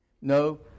No